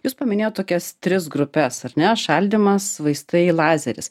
jūs paminėjot tokias tris grupes ar ne šaldymas vaistai lazeris